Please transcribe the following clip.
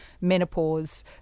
menopause